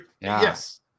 yes